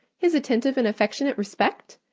his attentive and affectionate respect?